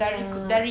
ah